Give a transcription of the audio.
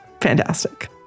fantastic